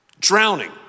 Drowning